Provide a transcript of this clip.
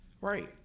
right